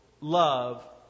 love